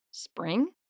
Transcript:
Spring